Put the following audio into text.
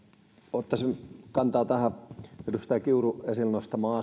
ottaisin kantaa tähän edustaja kiurun esille nostamaan